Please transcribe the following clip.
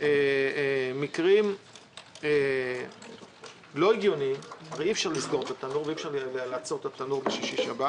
מקרים לא הגיוניים הרי אי אפשר לעצור את התנור בשישי-שבת